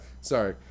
Sorry